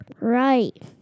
Right